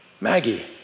Maggie